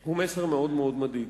הוא מסר מאוד מאוד מדאיג,